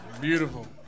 Beautiful